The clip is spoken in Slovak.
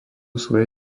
svoje